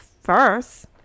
first